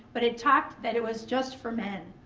but it talked that it was just for men.